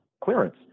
clearance